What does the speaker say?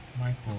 Michael